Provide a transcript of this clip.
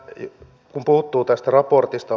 tämä puuttuu tästä raportista